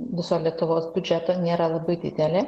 viso lietuvos biudžeto nėra labai didelė